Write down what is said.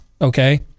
okay